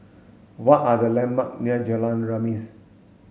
what are the landmark near Jalan Remis